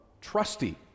trusty